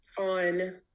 on